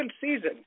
season